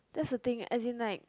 that's a thing as in like